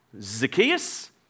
Zacchaeus